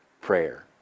prayer